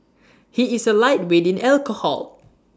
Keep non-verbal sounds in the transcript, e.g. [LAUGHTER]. [NOISE] he is A lightweight in alcohol